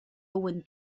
owen